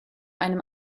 einem